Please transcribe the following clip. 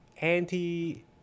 anti-